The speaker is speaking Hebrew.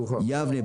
יבנה,